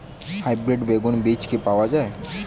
Hybrid বেগুন বীজ কি পাওয়া য়ায়?